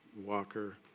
Walker